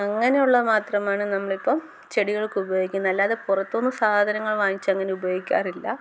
അങ്ങനെയുള്ള മാത്രമാണ് നമ്മള് ഇപ്പോൾ ചെടികൾക്ക് ഉപയോഗിക്കുന്നത് അല്ലാതെ പുറത്ത് നിന്ന് സാധനങ്ങൾ വാങ്ങിച്ച് അങ്ങനെ ഉപയോഗിക്കാറില്ല